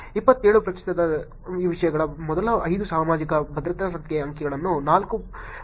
27 ಪ್ರತಿಶತ ವಿಷಯಗಳ ಮೊದಲ 5 ಸಾಮಾಜಿಕ ಭದ್ರತೆ ಸಂಖ್ಯೆ ಅಂಕಿಗಳನ್ನು ನಾಲ್ಕು ಪ್ರಯತ್ನಗಳೊಂದಿಗೆ ಗುರುತಿಸಲಾಗಿದೆ